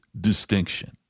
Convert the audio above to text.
distinction